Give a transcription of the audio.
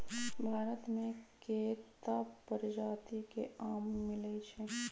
भारत मे केत्ता परजाति के आम मिलई छई